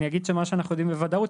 אני אגיד שמה שאנחנו יודעים בוודאות,